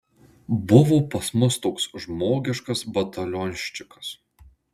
buvo pas mus toks žmogiškas batalionščikas